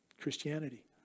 Christianity